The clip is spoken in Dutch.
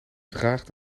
draagt